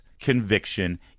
conviction